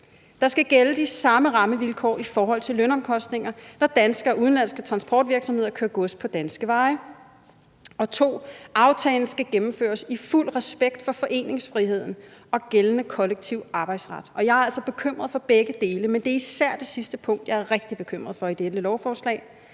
der skal gælde de samme rammevilkår i forhold til lønomkostninger, når danske og udenlandske transportvirksomheder kører gods på danske veje; 2) aftalen skal gennemføres i fuld respekt for foreningsfriheden og gældende kollektiv arbejdsret. Og jeg er altså bekymret for begge dele, men det er især det sidste punkt, jeg er rigtig bekymret for i dette lovforslag,